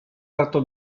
tratto